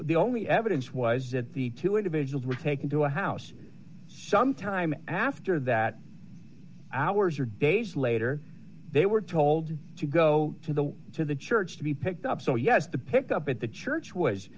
the only evidence was that the two individuals were taken to a house sometime after that hours or days later they were told to go to the to the church to be picked up so yes the pick up at the church was